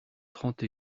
trente